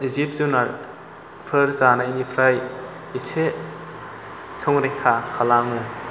जिब जुनारफोर जानायनिफ्राय एसे संरैखा खालामो